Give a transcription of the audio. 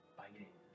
biting